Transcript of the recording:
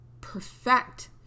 perfect